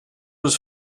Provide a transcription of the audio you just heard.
was